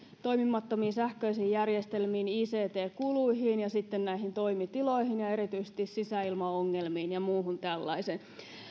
toimimattomiin sähköisiin järjestelmiin ict kuluihin ja sitten toimitiloihin ja erityisesti sisäilmaongelmiin ja muuhun tällaiseen